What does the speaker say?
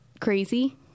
crazy